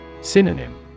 Synonym